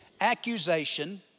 accusation